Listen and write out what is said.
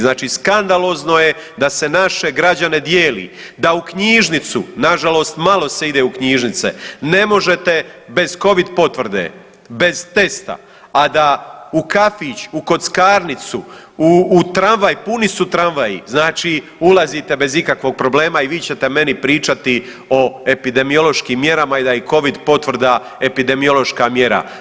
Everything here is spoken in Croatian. Znači skandalozno je da se naše građane dijeli, da u knjižnicu nažalost malo se ide u knjižnice ne možete bez Covid potvrde, bez testa, a da u kafić, u kockarnicu, u tramvaj, puni su tramvaji, znači ulazite bez ikakvog problema i vi ćete meni pričati o epidemiološkim mjerama i da je Covid potvrda epidemiološka mjera.